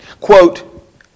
quote